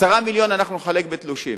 10 מיליון אנחנו נחלק בתלושים.